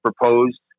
proposed